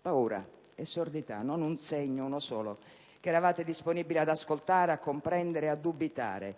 paura e sordità, non un segno, uno solo, che eravate disponibili ad ascoltare, a comprendere, a dubitare.